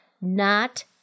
not-